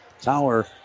Tower